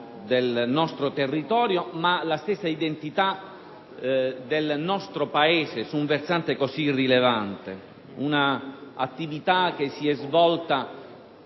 del nostro territorio e la stessa identità del nostro Paese su un versante così rilevante. Si tratta di un'attività che si è svolta